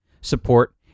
support